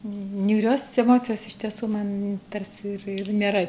niūrios emocijos iš tiesų man tarsi ir ir nėra